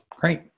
great